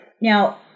Now